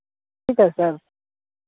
ठीक है सर